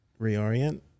reorient